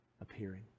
appearing